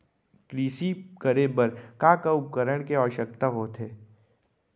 कृषि करे बर का का उपकरण के आवश्यकता होथे?